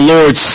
Lord